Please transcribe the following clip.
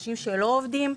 אלה אנשים שלא עובדים.